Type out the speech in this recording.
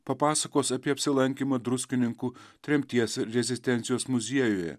papasakos apie apsilankymą druskininkų tremties ir rezistencijos muziejuje